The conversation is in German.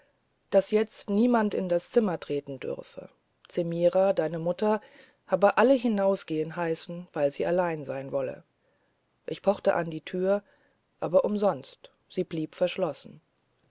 daß jetzt niemand in das zimmer treten dürfe zemira deine mutter habe alle hinausgehen heißen weil sie allein sein wolle ich pochte an die türe aber umsonst sie blieb verschlossen